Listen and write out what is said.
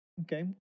Okay